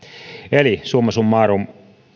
eli summa summarum